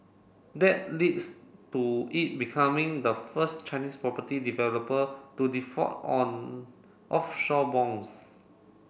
that leads to it becoming the first Chinese property developer to default on offshore bonds